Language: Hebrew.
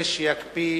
כדי שיקפיא